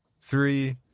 three